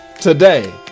today